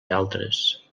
altres